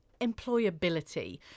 employability